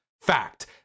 fact